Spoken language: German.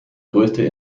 größte